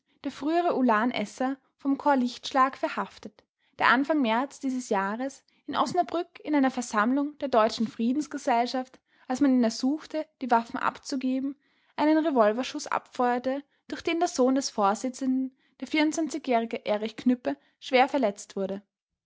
der frühere ulan esser vom korps lichtschlag verhaftet der anfang märz dieses jahres in osnabrück in einer versammlung der deutschen friedensgesellschaft als man ihn ersuchte die waffen abzugeben einen revolverschuß abfeuerte durch den der sohn des vorsitzenden der jährige erich knüppe schwer verletzt wurde